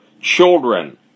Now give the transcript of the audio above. children